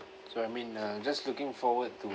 so I mean uh just looking forward to